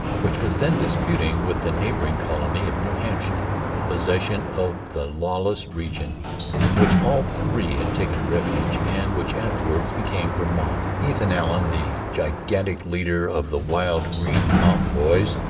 which was then disputing with the neighbouring colony of new hampshire the possession of the lawless region in which all three had taken refuge and which afterwards became vermont. ethan allen, the gigantic leader of the wild green mountain boys,